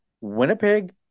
Winnipeg